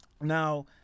Now